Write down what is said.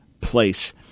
place